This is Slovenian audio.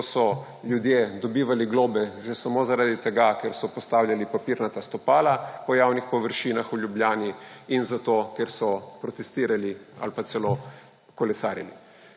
ko so ljudje dobivali globe že samo zaradi tega, ker so postavljali papirnata stopala po javnih površinah v Ljubljani, in zato, ker so protestirali ali pa celo kolesarili.